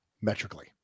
metrically